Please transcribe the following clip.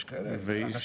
יש כאלה, אנשים.